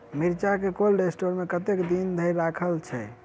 मिर्चा केँ cold store मे कतेक दिन धरि राखल छैय?